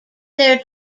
their